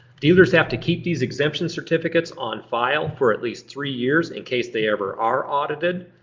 dealers have to keep these exemption certificates on file for at least three years in case they ever are audited.